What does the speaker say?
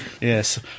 Yes